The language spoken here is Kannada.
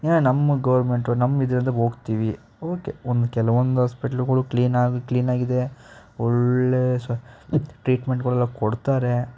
ಏನೋ ನಮ್ಮ ಗೋರ್ಮೆಂಟು ನಮ್ಮ ಇದಂದಾಗ ಹೋಗ್ತೀವಿ ಓಕೆ ಒಂದು ಕೆಲವೊಂದು ಹಾಸ್ಪಿಟ್ಲ್ಗಳು ಕ್ಲೀನಾಗಿ ಕ್ಲೀನಾಗಿದೆ ಒಳ್ಳೆಯ ಸ್ವ ಟ್ರೀಟ್ಮೆಂಟ್ಗಳೆಲ್ಲ ಕೊಡ್ತಾರೆ